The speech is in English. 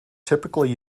typically